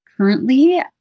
Currently